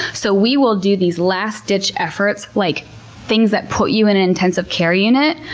so we will do these last-ditch efforts, like things that put you in an intensive care unit,